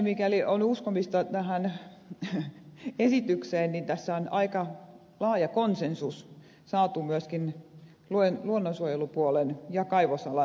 mikäli on uskomista tähän esitykseen niin tässä on aika laaja konsensus saatu myöskin luonnonsuojelupuolen ja kaivosalan kohdalla